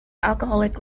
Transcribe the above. alcoholic